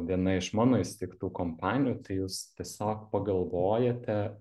viena iš mano įsteigtų kompanijų tai jūs tiesiog pagalvojate